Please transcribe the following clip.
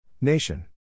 Nation